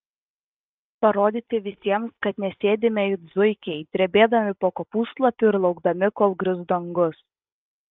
parodyti visiems kad nesėdime it zuikiai drebėdami po kopūstlapiu ir laukdami kol grius dangus